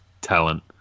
talent